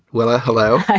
well, ah hello